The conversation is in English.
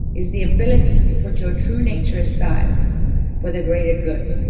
is the ability to put your true nature aside for the greater good,